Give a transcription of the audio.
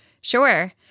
Sure